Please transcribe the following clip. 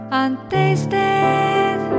untasted